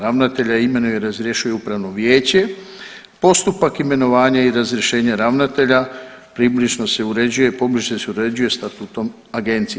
Ravnatelja imenuje i razrješuje upravno vijeće, postupak imenovanja i razrješenja ravnatelja približno se uređuje i pobliže se uređuje statutom agencije.